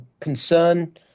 concern